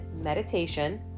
meditation